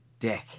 dick